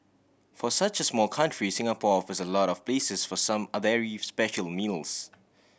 for such a small country Singapore offers a lot of places for some very special meals